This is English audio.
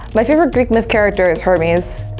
my favorite greek myth character is hermes,